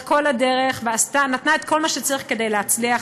כל הדרך ונתנה את כל מה שצריך כדי להצליח,